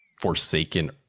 forsaken